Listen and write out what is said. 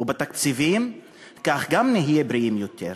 ובתקציבים כך גם נהיה בריאים יותר.